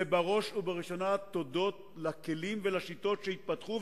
זה בראש ובראשונה הודות לכלים ולשיטות שהתפתחו,